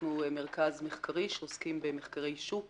אנחנו מרכז מחקרי, שעוסק במחקרי שוק